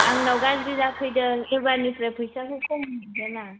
आंनाव गाज्रि जाफैदों एबारनिफ्राय फैसाखौ खम हरगोन आं